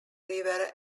river